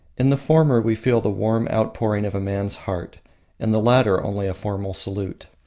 in the former we feel the warm outpouring of a man's heart in the latter only a formal salute.